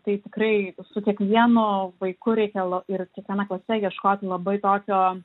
tai tikrai su kiekvienu vaiku reikia la ir kiekviena klase ieškoti labai tokio